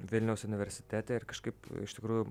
vilniaus universitete ir kažkaip iš tikrųjų